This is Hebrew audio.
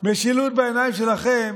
משילות בעיניים שלכם